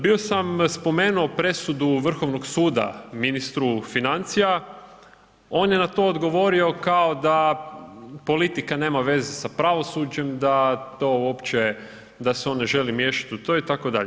Bio sam spomenuo presudu Vrhovnog suda ministru financija, on je na to odgovorio kao da politika nema veze sa pravosuđem, da to uopće, da se on ne želi miješati u to, itd.